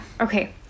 okay